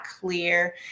clear